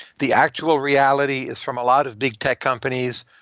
the actual reality is from a lot of big tech companies.